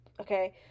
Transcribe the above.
Okay